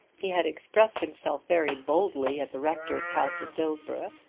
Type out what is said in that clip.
he had expressed himself very boldly at the rector's house at dillsborough,